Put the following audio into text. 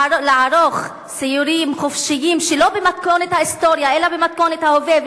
לערוך סיורים חופשיים שלא במתכונת ההיסטוריה אלא במתכונת ההווה,